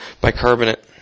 bicarbonate